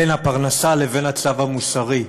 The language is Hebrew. בין הפרנסה לבין הצו המוסרי,